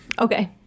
Okay